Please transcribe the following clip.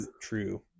True